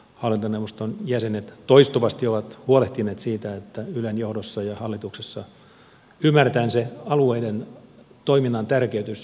hallintoneuvoston jäsenet toistuvasti ovat huolehtineet siitä että ylen johdossa ja hallituksessa ymmärretään alueellisen toiminnan tärkeys